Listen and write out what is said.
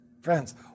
Friends